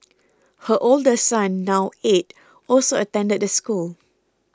her older son now eight also attended the school